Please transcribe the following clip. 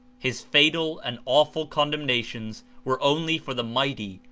his fatal and awful condemnations were only for the mighty,